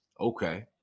Okay